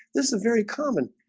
this is very common